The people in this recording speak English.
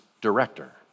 director